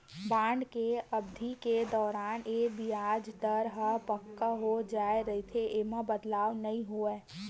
bond के अबधि के दौरान ये बियाज दर ह पक्का हो जाय रहिथे, ऐमा बदलाव नइ होवय